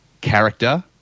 character